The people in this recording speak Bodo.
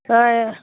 ए